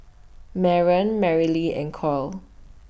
Barron Marilee and Coy